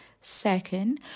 Second